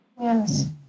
Yes